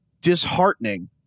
disheartening